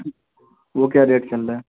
وہ کیا ریٹ چل رہا ہے